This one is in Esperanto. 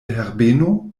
herbeno